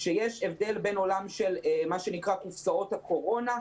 יש הבדל בין עולם של מה שנקרא קופסאות הקורונה,